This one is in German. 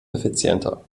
effizienter